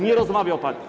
Nie rozmawiał pan.